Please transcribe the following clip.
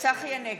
צחי הנגבי,